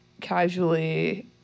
casually